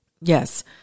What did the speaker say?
Yes